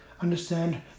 Understand